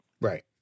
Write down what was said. Right